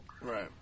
Right